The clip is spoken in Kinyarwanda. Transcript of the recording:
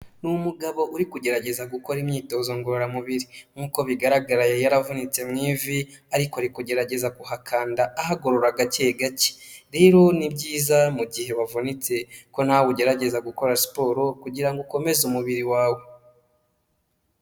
Ni umugabo uri kugerageza gukora imyitozo ngororamubiri, nkuko bigaragara yari yaravunitse mu ivi, ariko ari kugerageza kuhakanda ahagorora gake gake. Rero ni byiza mu gihe wavunitse ko nawe ugerageza gukora siporo kugirango ukomeze umubiri wawe.